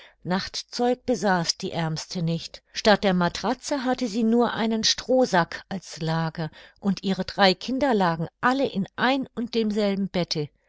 nachtzeug besaß die aermste nicht statt der matratze hatte sie nur einen strohsack als lager und ihre drei kinder lagen alle in ein und demselben bette